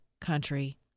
country